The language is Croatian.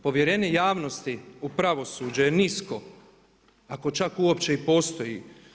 Povjerenje javnosti u pravosuđe je nisko, ako čak uopće i postoji.